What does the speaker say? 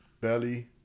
belly